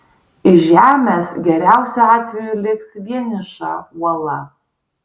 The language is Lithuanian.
iš žemės geriausiu atveju liks vieniša uola